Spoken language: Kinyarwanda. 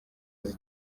aza